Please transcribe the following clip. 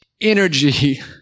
energy